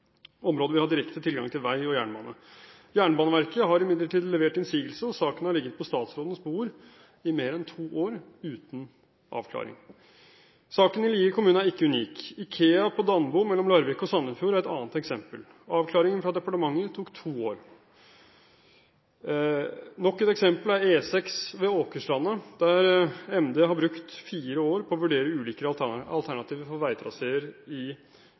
direkte tilgang til vei og jernbane. Jernbaneverket har imidlertid levert innsigelse, og saken har ligget på statsrådens bord i mer enn to år uten avklaring. Saken i Lier kommune er ikke unik. IKEA på Danebu, mellom Larvik og Sandefjord, er et annet eksempel. Avklaringen fra departementet tok to år. Nok et eksempel er E6 ved Åkersvika, der Miljøverndepartementet har brukt fire år på å vurdere ulike alternativer for veitraseer i